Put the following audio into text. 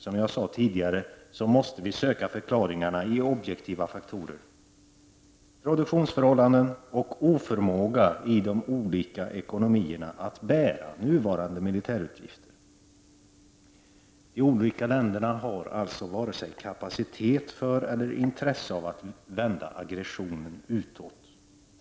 Som jag sade tidigare, måste vi söka förklaringarna i objektiva faktorer: produktionsförhållanden och oförmåga i de olika ekonomierna att bära nuvarande militärutgifter. De olika länderna har alltså varken kapacitet för eller intresse av att vända aggressionen utåt.